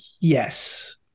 Yes